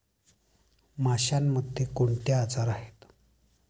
माशांमध्ये कोणते आजार आहेत?